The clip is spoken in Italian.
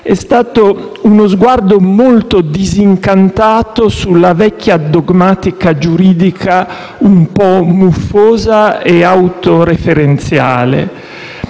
è uno sguardo molto disincantato sulla vecchia dogmatica giuridica, un po' muffosa e autoreferenziale.